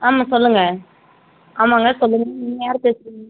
ஆமா சொல்லுங்கள் ஆமாங்க சொல்லுங்கள் நீங்கள் யார் பேசுவது